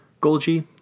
Golgi